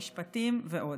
המשפטים ועוד.